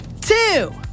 two